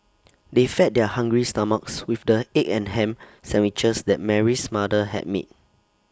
they fed their hungry stomachs with the egg and Ham Sandwiches that Mary's mother had made